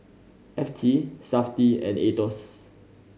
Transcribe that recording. F T Safti and Aetos